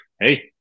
hey